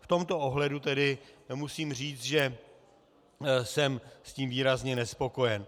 V tomto ohledu tedy musím říct, že jsem s tím výrazně nespokojen.